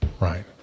Right